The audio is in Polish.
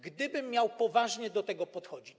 Gdybym miał poważnie do tego podchodzić.